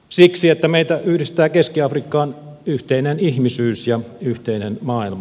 siksi että meitä yhdistää keski afrikkaan yhteinen ihmisyys ja yhteinen maailma